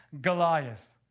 Goliath